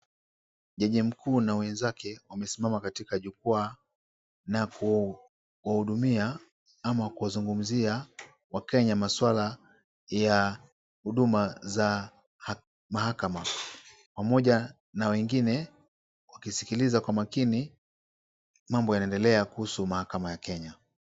Jaji mkuu na wenzake wamesimama katika jukwaa na kuwahudumia ama kuwazungumzia wakenya maswala ya huduma za mahakama pamoja na wengine wakisikiliza kwa makini mambo yanaendelea kuhusu mahakama ya Kenya.